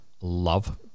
Love